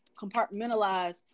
compartmentalize